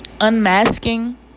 unmasking